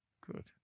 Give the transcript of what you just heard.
Good